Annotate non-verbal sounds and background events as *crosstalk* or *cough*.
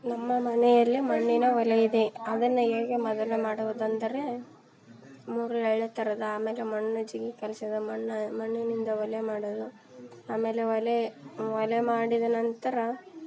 ನಮ್ಮ ಮನೆಯಲ್ಲಿ ಮಣ್ಣಿನ ಒಲೆಯಿದೆ ಅದನ್ನು ಹೇಗೆ ಮೊದಲು ಮಾಡುವುದೆಂದರೆ *unintelligible* ತರೋದು ಆಮೇಲೆ ಮಣ್ಣು ಜಿಗಿ ಕಲ್ಸಿದ ಮಣ್ಣು ಮಣ್ಣಿನಿಂದ ಒಲೆ ಮಾಡಲು ಆಮೇಲೆ ಒಲೆ ಒಲೆ ಮಾಡಿದ ನಂತರ